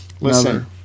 Listen